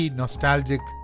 nostalgic